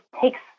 takes